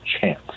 chance